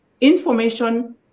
information